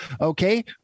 okay